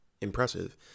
impressive